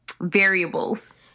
variables